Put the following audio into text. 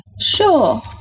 sure